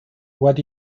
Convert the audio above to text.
what